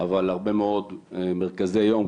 אבל גם הרבה מאוד מרכזי יום,